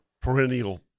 perennial